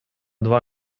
два